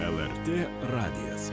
lrt radijas